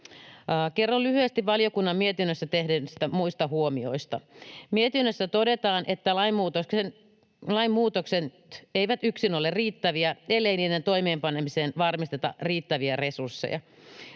Kerron lyhyesti valiokunnan mietinnössä tehdyistä muista huomioista: Mietinnössä todetaan, että lainmuutokset eivät yksin ole riittäviä, ellei niiden toimeenpanemiseen varmisteta riittäviä resursseja.